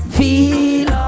feel